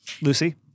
Lucy